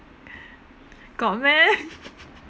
got meh